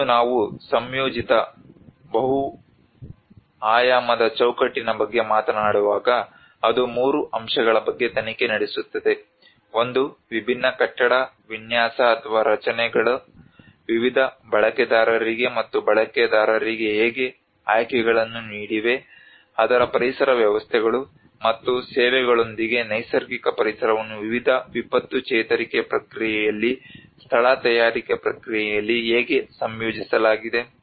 ಮತ್ತು ನಾವು ಸಂಯೋಜಿತ ಬಹು ಆಯಾಮದ ಚೌಕಟ್ಟಿನ ಬಗ್ಗೆ ಮಾತನಾಡುವಾಗ ಅದು ಮೂರು ಅಂಶಗಳ ಬಗ್ಗೆ ತನಿಖೆ ನಡೆಸುತ್ತದೆ ಒಂದು ವಿಭಿನ್ನ ಕಟ್ಟಡ ವಿನ್ಯಾಸರಚನೆಗಳು ವಿವಿಧ ಬಳಕೆದಾರರಿಗೆ ಮತ್ತು ಬಳಕೆದಾರರಿಗೆ ಹೇಗೆ ಆಯ್ಕೆಗಳನ್ನು ನೀಡಿವೆ ಅದರ ಪರಿಸರ ವ್ಯವಸ್ಥೆಗಳು ಮತ್ತು ಸೇವೆಗಳೊಂದಿಗೆ ನೈಸರ್ಗಿಕ ಪರಿಸರವನ್ನು ವಿವಿಧ ವಿಪತ್ತು ಚೇತರಿಕೆ ಪ್ರಕ್ರಿಯೆಯಲ್ಲಿ ಸ್ಥಳ ತಯಾರಿಕೆ ಪ್ರಕ್ರಿಯೆಯಲ್ಲಿ ಹೇಗೆ ಸಂಯೋಜಿಸಲಾಗಿದೆ